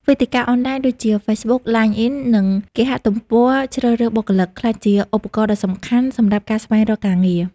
វេទិកាអនឡាញដូចជា Facebook, LinkedIn និងគេហទំព័រជ្រើសរើសបុគ្គលិក ក្លាយជាឧបករណ៍ដ៏សំខាន់សម្រាប់ការស្វែងរកការងារ។